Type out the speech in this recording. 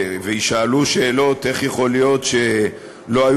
ויישאלו שאלות איך יכול להיות שלא היו